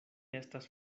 estas